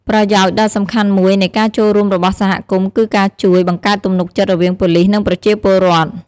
ប្រយោជន៍ដ៏សំខាន់មួយនៃការចូលរួមរបស់សហគមន៍គឺការជួយ បង្កើតទំនុកចិត្តរវាងប៉ូលិស និងប្រជាពលរដ្ឋ។